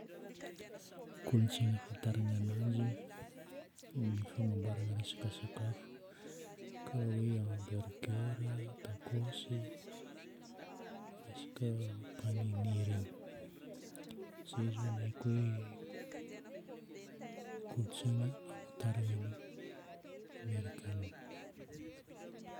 Kolontsaina ahafantarana ananjy ny fagnamboarana resaka sakafo. Karaha hoe hamburger, tacos, resaka panini regny. Zay zao no haiko hoe kolontsaina amantarana ny Amerikana.